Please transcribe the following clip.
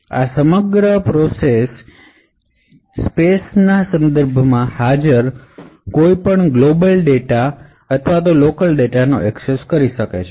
અને તે આ સમગ્ર પ્રોસેસ સ્પેસ માં હાજર કોઈપણ ગ્લોબલ ડેટા અથવા હિપ ડેટાને એક્સેસ કરી શકે છે